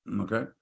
okay